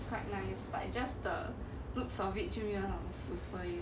is quite nice but it just the looks of it